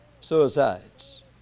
suicides